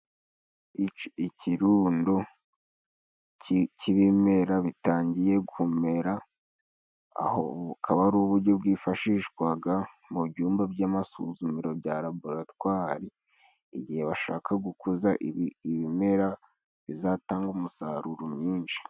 Ikirundo cy'ibimera bitangiye gumera, aho bukaba ari uburyo bwifashishwaga mu byumba by'amasuzumiro bya laboratwari, igihe bashaka gukuza ibi ibimera bizatanga umusaruro mwinshi.